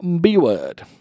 B-word